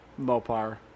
Mopar